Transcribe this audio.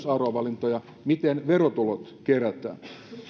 arvovalintoja miten verotulot kerätään